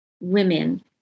women